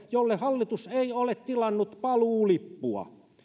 jolle hallitus ei ole tilannut paluulippua